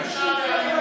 לפחות אני לא עבריין